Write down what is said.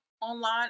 online